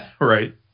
Right